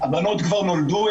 הבנות כבר נולדו,